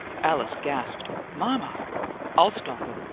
alice gasped mama i'll stop him!